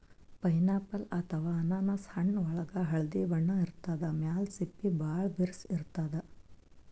pineapple ಅಥವಾ ಅನಾನಸ್ ಹಣ್ಣ್ ಒಳ್ಗ್ ಹಳ್ದಿ ಬಣ್ಣ ಇರ್ತದ್ ಮ್ಯಾಲ್ ಸಿಪ್ಪಿ ಭಾಳ್ ಬಿರ್ಸ್ ಇರ್ತದ್